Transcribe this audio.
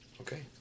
Okay